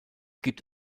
gibt